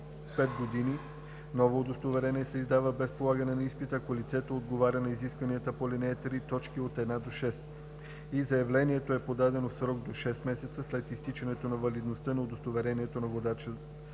5 години. Ново удостоверение се издава без полагане на изпит, ако лицето отговаря на изискванията по ал. 3, т. 1 – 6 и заявлението е подадено в срок до 6 месеца след изтичането на валидността на удостоверението на водач